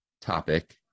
topic